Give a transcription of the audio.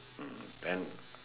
mm then